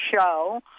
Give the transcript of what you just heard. show